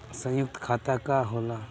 सयुक्त खाता का होला?